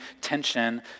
tension